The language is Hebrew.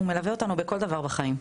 הוא מלווה אותנו בכל דבר בחיים,